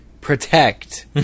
protect